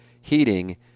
Heating